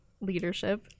leadership